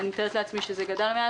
אני מתארת לעצמי שזה גדל מאז.